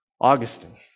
Augustine